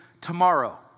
tomorrow